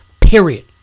period